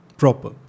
proper